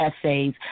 essays